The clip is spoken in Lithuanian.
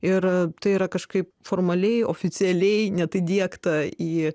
ir tai yra kažkaip formaliai oficialiai net įdiegta į